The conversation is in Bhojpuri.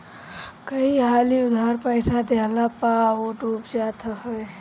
कई हाली उधार पईसा देहला पअ उ डूब जात हवे